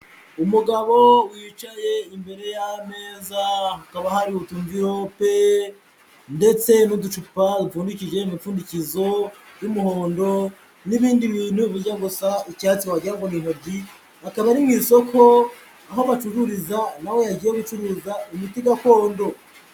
Umugabo wicaye imbere y'ameza hakaba hari utumvirope ndetse n'uducupa dupfundikije imipfundikizo y'umuhondo n'ibindi bintu bijya gusa icyatsi wagira ngo ni intoryi, akaba ari mu isoko aho bacururiza nawe yagiye gucuruza imiti gakondo.